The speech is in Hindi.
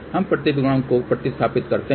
हम प्रतिबिंब गुणांक को प्रतिस्थापित करते हैं